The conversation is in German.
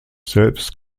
selbst